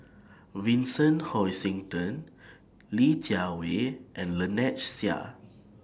Vincent Hoisington Li Jiawei and Lynnette Seah